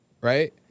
right